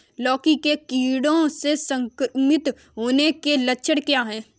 लौकी के कीड़ों से संक्रमित होने के लक्षण क्या हैं?